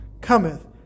cometh